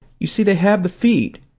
you see they have the feet,